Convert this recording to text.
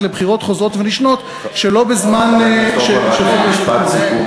לבחירות חוזרות ונשנות שלא בזמן משפט סיכום,